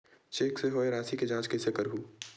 Cheque से होए राशि के जांच कइसे करहु?